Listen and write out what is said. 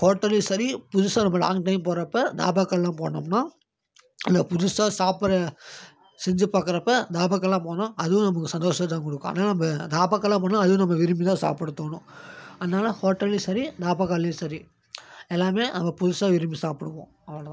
ஹோட்டல்லேயும் சரி புதுசாக நம்ம லாங் டைம் போகிறப்ப தாபாக்கள்லாம் போனோம்னால் அங்கே புதுசாக சாப்பிட்ற செஞ்சு பார்க்குறப்ப தாபாக்கள்லாம் போனால் அதுவும் நமக்கு சந்தோஷத்த கொடுக்கும் ஆனால் நம்ம தபாக்கள்லாம் போனால் அதுவும் நம்ம விரும்பிதான் சாப்பிட தோணும் அதனால் ஹோட்டல்லேயும் சரி தபாக்கள்லேயும் சரி எல்லாமே அங்கே புதுசாக விரும்பி சாப்பிடுவோம் அவ்வளோதான்